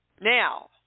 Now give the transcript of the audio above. Now